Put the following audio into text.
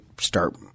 start